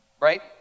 right